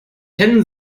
kennen